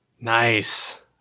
Nice